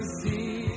see